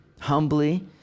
humbly